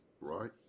right